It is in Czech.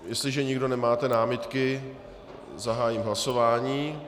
Jestliže nikdo nemáte námitky, zahájím hlasování.